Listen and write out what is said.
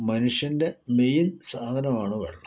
മനുഷ്യൻറെ മെയിൻ സാധനമാണ് വെള്ളം